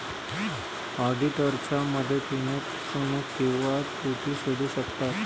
ऑडिटरच्या मदतीने फसवणूक किंवा त्रुटी शोधू शकतात